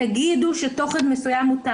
תגידו שתוכן מסוים הוא תעמולה,